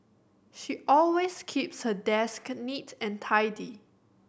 she always keeps her desk neat and tidy